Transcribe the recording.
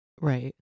right